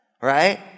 right